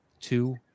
two